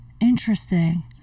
Interesting